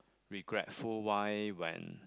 regretful why when